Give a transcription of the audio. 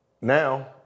Now